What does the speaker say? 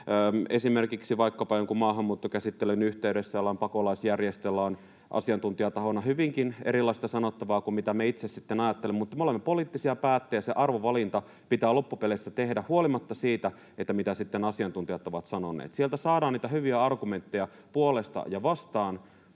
esimerkiksi vaikkapa jonkun maahanmuuttokäsittelyn yhteydessä jollain pakolaisjärjestöllä on asiantuntijatahona hyvinkin erilaista sanottavaa kuin mitä me itse sitten ajattelemme, mutta me olemme poliittisia päättäjiä, ja se arvovalinta pitää loppupeleissä tehdä huolimatta siitä, mitä sitten asiantuntijat ovat sanoneet. Sieltä saadaan niitä hyviä argumentteja puolesta ja vastaan,